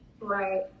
Right